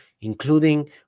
including